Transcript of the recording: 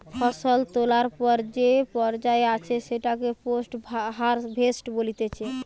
ফসল তোলার পর যে পর্যায়ে আছে সেটাকে পোস্ট হারভেস্ট বলতিছে